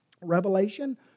Revelation